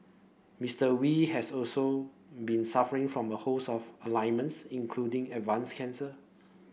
Mister Wee has also been suffering from a host of including advanced cancer